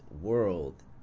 world